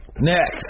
Next